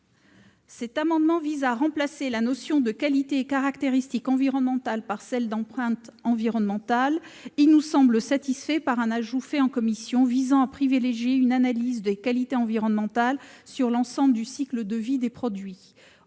L'amendement n° 677 vise à remplacer les notions de « qualités et caractéristiques environnementales » par celle d'« empreinte environnementale ». Il nous semble satisfait par un ajout fait en commission visant à privilégier une analyse de qualité environnementale sur l'ensemble du cycle de vie des produits.